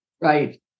Right